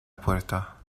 puerta